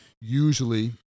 usually